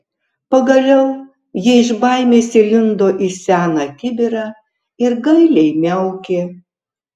pagaliau ji iš baimės įlindo į seną kibirą ir gailiai miaukė